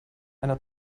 einer